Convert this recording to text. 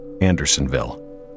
Andersonville